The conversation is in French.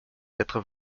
quatre